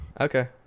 Okay